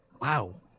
Wow